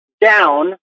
down